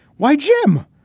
why gym?